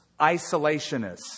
isolationists